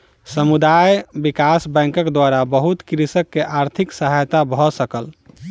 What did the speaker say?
समुदाय विकास बैंकक द्वारा बहुत कृषक के आर्थिक सहायता भ सकल